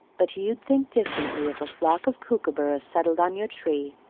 but you'd think differently if a flock of kookooburras settled on your tree,